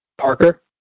Parker